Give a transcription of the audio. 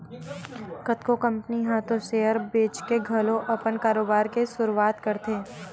कतको कंपनी ह तो सेयर बेंचके घलो अपन कारोबार के सुरुवात करथे